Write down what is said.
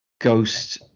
ghost